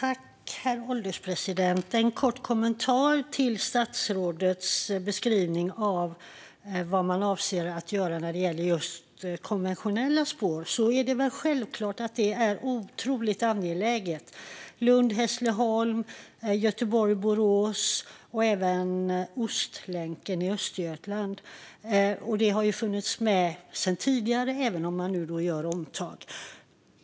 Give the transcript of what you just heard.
Herr ålderspresident! Låt mig ge en kort kommentar till statsrådets beskrivning av vad man avser att göra vad gäller konventionella spår. Det är självklart otroligt angeläget med Lund-Hässleholm, Göteborg-Borås och Ostlänken i Östergötland. Sträckorna har funnits med sedan tidigare, men nu gör man ett omtag.